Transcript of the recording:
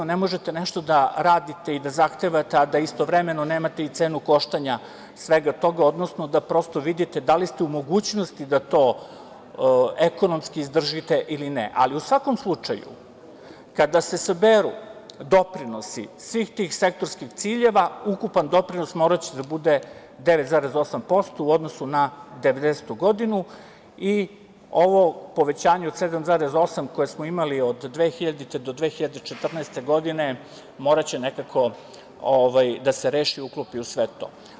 Ne možete nešto da radite i da zahtevate, a da istovremeno nemate i cenu koštanja svega toga, odnosno da prosto vidite da li ste u mogućnosti da to ekonomski izdržite ili ne, ali u svakom slučaju kada se saberu doprinosi svih tih sektorskih ciljeva ukupan doprinos moraće da bude 9,8% u odnosu na 90-tu godinu i ovo povećanje od 7,8% koje smo imali od 2000. do 2014. godine moraće nekako da se reši i uklopi u sve to.